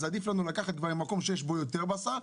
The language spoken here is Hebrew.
אז עדיף לנו לקחת כבר למקום שיש בו יותר בשר,